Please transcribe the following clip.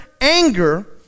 anger